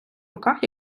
руках